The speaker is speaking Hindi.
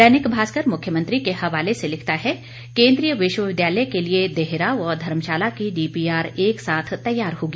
दैनिक भास्कर मुख्यमंत्री के हवाले से लिखता है केंद्रीय विश्वविद्यालय के लिए देहरा व धर्मशाला की डीपीआर एक साथ तैयार होगी